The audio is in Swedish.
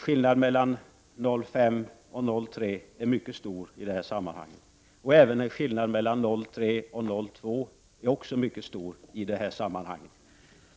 Skillnaden mellan 0,5 och 0,3 är mycket stor i det här sammanhanget, även skillnaden mellan 0,3 och 0,2 är mycket stor i detta sammanhang.